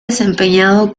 desempeñado